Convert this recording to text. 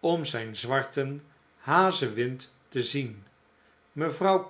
om zijn zwarten hazewind te zien mevrouw